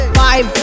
five